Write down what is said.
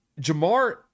Jamar